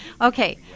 Okay